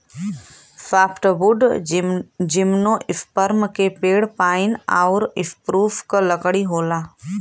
softwood gymnosperm के पेड़ pine आउर स्प्रूस क लकड़ी होला